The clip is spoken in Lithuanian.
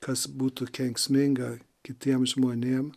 kas būtų kenksminga kitiems žmonėm